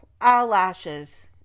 eyelashes